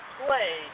play